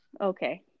Okay